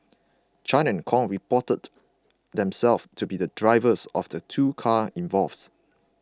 Chan and Kong reported themselves to be drivers of the two cars involved